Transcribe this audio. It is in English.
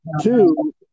two